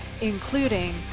including